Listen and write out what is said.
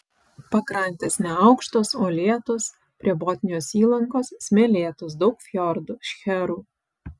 pakrantės neaukštos uolėtos prie botnijos įlankos smėlėtos daug fjordų šcherų